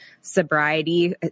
sobriety